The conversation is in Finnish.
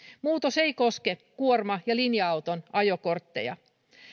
muutos ei koske kuorma ja linja auton ajokortteja